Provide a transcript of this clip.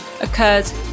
occurs